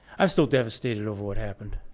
i'm still devastated over what happened?